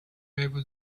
able